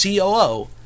COO